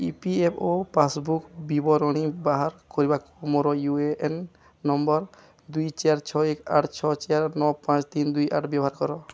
ଇ P F O passbook ବିବରଣୀ ବାହାର କରିବାକୁ ମୋର ୟୁ ଏ ଏନ୍ ନମ୍ବର୍ ଦୁଇ ଚାରି ଛଅ ଏକ ଆଠ ଛଅ ଚାରି ନଅ ପାଞ୍ଚ ତିନି ଦୁଇ ଆଠ ବ୍ୟବହାର କର